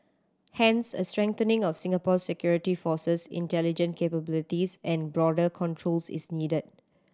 hence a strengthening of Singapore security forces intelligence capabilities and border controls is needed